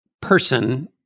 person